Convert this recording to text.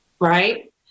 right